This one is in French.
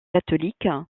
catholique